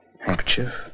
handkerchief